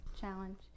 Challenge